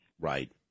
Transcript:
Right